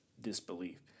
disbelief